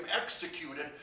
executed